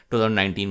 2019